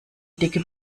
dicke